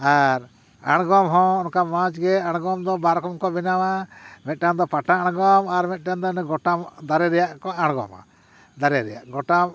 ᱟᱨ ᱟᱬᱜᱚᱢ ᱦᱚᱸ ᱚᱱᱠᱟ ᱢᱟᱡᱽ ᱜᱮ ᱟᱬᱜᱚᱢ ᱫᱚ ᱵᱟᱨ ᱨᱚᱠᱚᱢ ᱠᱚ ᱵᱮᱱᱟᱣᱟ ᱢᱮᱫᱴᱟᱝ ᱫᱚ ᱯᱟᱴᱟ ᱟᱬᱜᱚᱢ ᱟᱨ ᱢᱤᱫᱴᱟᱝ ᱫᱚ ᱜᱚᱴᱟ ᱫᱟᱨᱮ ᱨᱮᱭᱟᱜ ᱠᱚ ᱟᱬᱜᱚᱢᱟ ᱫᱟᱨᱮ ᱨᱮᱭᱟᱜ ᱜᱚᱴᱟ